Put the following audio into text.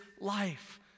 life